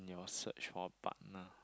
in your search for a partner